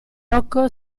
poco